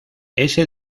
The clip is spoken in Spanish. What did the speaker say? ese